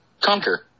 conquer